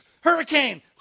Hurricane